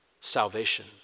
salvation